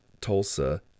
Tulsa